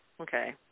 Okay